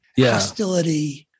hostility